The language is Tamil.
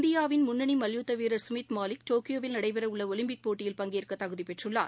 இந்தியாவின் முன்னணி மல்யுத்த வீரர் சுமித் மாலிக் டோக்கியோவில் நடைபெற உள்ள ஒலிம்பிக் போட்டிகளில் பங்கேற்க தகுதி பெற்றுள்ளார்